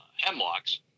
hemlocks